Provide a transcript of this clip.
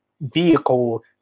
vehicle